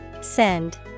Send